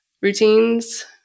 Routines